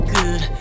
good